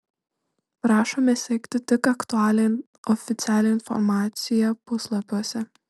prašome sekti tik aktualią oficialią informaciją puslapiuose